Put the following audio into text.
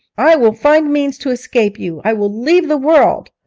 i will find means to escape you. i will leave the world!